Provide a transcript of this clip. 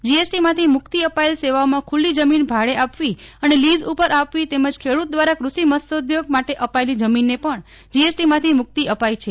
જીએસટીમાંથી મુક્તિ અપાયેલ સેવાઓમાં ખૂલ્લી જમીન ભાડે આપવી અને લીઝ ઉપર આપવી તેમજ ખેડૂત દ્વારા કૃષિ મત્સ્યોદ્યોગ માટેઅપાયેલી જમીનને પણ જીએસટીમાંથી મુક્તિ અપાઈ છે